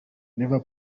never